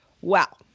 Wow